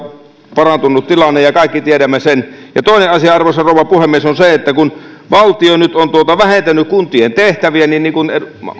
parantunut tilanne ja kaikki tiedämme sen ja toinen asia arvoisa rouva puhemies on se että kun valtio nyt on vähentänyt kuntien tehtäviä niin niin kuten